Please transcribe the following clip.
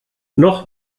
noch